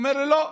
אומרים לי: לא,